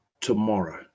tomorrow